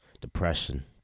depression